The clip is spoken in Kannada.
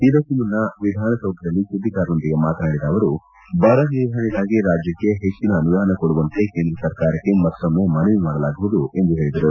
ಇದಕ್ಕೂ ಮುನ್ನ ವಿಧಾನಸೌಧದಲ್ಲಿ ಸುದ್ದಿಗಾರರೊಂದಿಗೆ ಮಾತನಾಡಿದ ಅವರು ಬರನಿರ್ವಹಣೆಗಾಗಿ ರಾಜ್ಯಕ್ಷೆ ಹೆಚ್ಚಿನ ಅನುದಾನ ಕೊಡುವಂತೆ ಕೇಂದ್ರ ಸರ್ಕಾರಕ್ಕೆ ಮತ್ತೊಮ್ನ ಮನವಿ ಮಾಡುವುದಾಗಿ ಹೇಳಿದರು